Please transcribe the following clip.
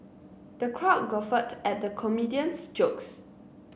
the crowd guffawed at the comedian's jokes